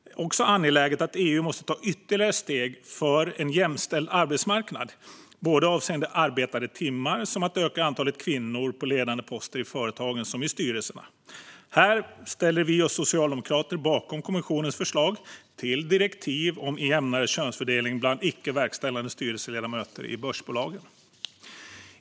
Det är också angeläget att EU tar ytterligare steg för en jämställd arbetsmarknad avseende såväl arbetade timmar som att öka antalet kvinnor på ledande poster i företagen och i styrelserna. Här ställer vi socialdemokrater oss bakom kommissionens förslag till direktiv om jämnare könsfördelning bland icke verkställande styrelseledamöter i börsbolagen.